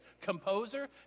composer